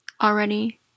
already